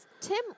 Tim